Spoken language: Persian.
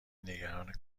نگران